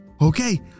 Okay